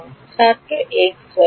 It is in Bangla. ছাত্র xy